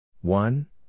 One